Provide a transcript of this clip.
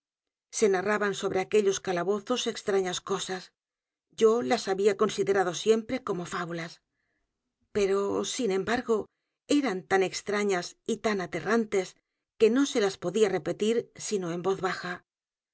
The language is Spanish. se narraban sobre aquellos calabozos extrañas cosas yo las había considerado siempre como fábulas pero sin embargo eran tan extrañas y tan aterrantes que no se las podía repetir sino en voz baja